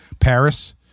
Paris